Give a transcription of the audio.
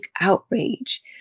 outrage